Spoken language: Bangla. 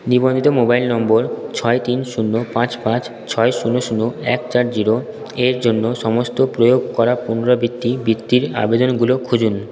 নিবন্ধিত মোবাইল নম্বর ছয় তিন শূন্য পাঁচ পাঁচ ছয় শূন্য শূন্য এক চার জিরো এর জন্য সমস্ত প্রয়োগ করা পুনরাবৃত্তি বৃত্তির আবেদনগুলো খুঁজুন